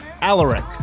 Alaric